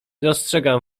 dostrzegam